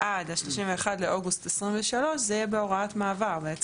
עד 31 באוגוסט 2023, זה למעשה יהיה בהוראת מעבר.